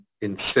insist